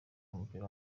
w’umupira